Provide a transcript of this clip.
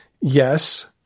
yes